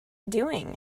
doing